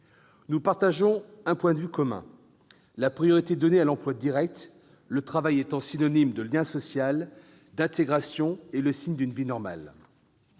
Nous partageons un point de vue commun : la priorité donnée à l'emploi direct, le travail étant synonyme de lien social, d'intégration, et le signe d'une vie normale.